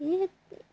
ഈ